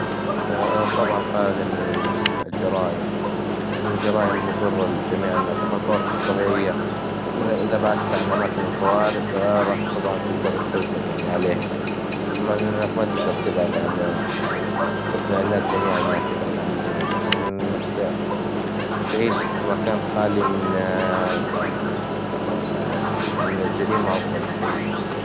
طبعاً خالي من الجرايم، لأن الجرايم مظرة لجميع الناس، أما الكوارث الطبيعية، إن- إذا بعدت عن أماكن الكوارث، راح طبعاً تقدر تسيطر عليها، أما انك ما تقدر تبعد عن- تقدر تقنع الناس جميعاً انها تبعد عن الجريمة، فإنك ت تعيش في مكان خالي من ال قق- من الجريمة أفظل بكثير.